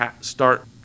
start